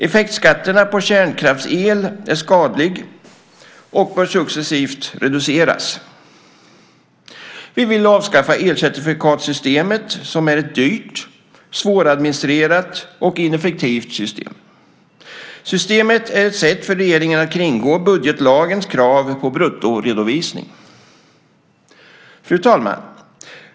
Effektskatten på kärnkraftsel är skadlig och bör successivt reduceras. Vi vill avskaffa elcertifikatssystemet som är ett dyrt, svåradministrerat och ineffektivt system. Systemet är ett sätt för regeringen att kringgå budgetlagens krav på bruttoredovisning. Fru talman!